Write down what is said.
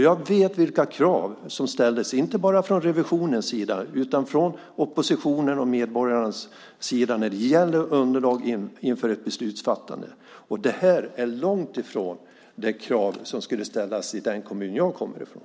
Jag vet vilka krav som ställdes inte bara från revisionens sida utan också från oppositionens och medborgarnas sida när det gällde underlag inför ett beslutsfattande. Det här är långt ifrån de krav som skulle ställas i den kommun jag kommer från.